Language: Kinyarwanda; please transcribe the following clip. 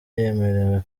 yemerewe